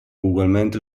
ugualmente